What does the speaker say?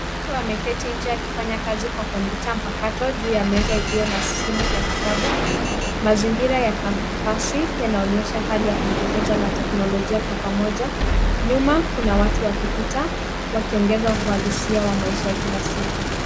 Mtu ameketi nje akifanya kazi kwa kompyuta mpakato juu ya meza iliyo na simu na kitabu. Mazingira ya kampasi yanaonyesha hali ya kujifunza na teknolojia kwa pamoja. Nyuma kuna watu wakipita wakiongeza uhalisia wa maisha ya kila siku.